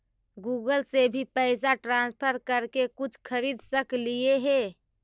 Google से भी पैसा ट्रांसफर कर के कुछ खरिद सकलिऐ हे?